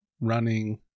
running